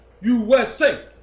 USA